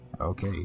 Okay